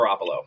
Garoppolo